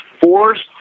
forced